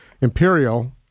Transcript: Imperial